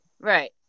right